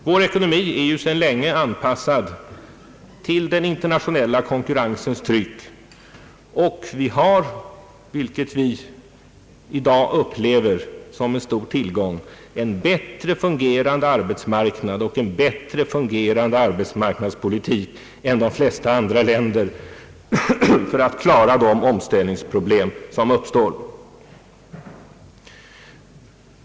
Vår ekonomi är sedan länge anpassad till den internationella konkurrensens tryck, och vi har, vilket vi i dag upplever som en stor tillgång, en bättre fungerande arbetsmarknad och en bättre fungerande arbetsmarknadspolitik än de flesta andra länder för att klara de omställningsproblem som uppstår.